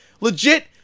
legit